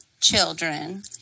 children